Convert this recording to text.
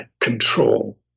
control